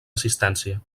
assistència